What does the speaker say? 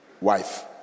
wife